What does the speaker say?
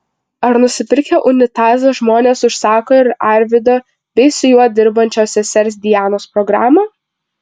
ar nusipirkę unitazą žmonės užsako ir arvydo bei su juo dirbančios sesers dianos programą